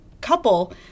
couple